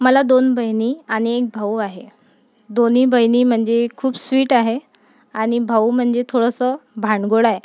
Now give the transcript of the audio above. मला दोन बहिणी आणि एक भाऊ आहे दोन्ही बहिणी म्हणजे खूप स्वीट आहे आणि भाऊ म्हणजे थोडंसं भांडगोळ आहे